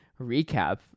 recap